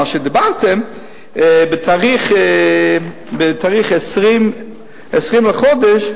מה שדיברתם ב-20 בחודש,